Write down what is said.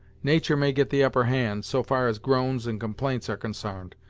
natur' may get the upperhand, so far as groans, and complaints are consarned,